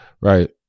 right